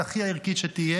הכי הערכית שתהיה,